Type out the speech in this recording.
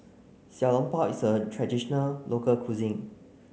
Xiao Long Bao is a traditional local cuisine